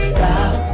Stop